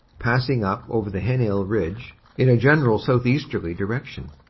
passing up over the heninel ridge in a general southeasterly direction.